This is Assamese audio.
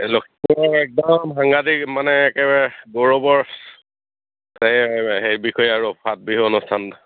এই লক্ষ্য় একদম সাংঘাটিক মানে একেবাৰে গৌৰৱৰ সেই বিষয়ে আৰু ফাট বিহু অনুষ্ঠান